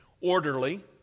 orderly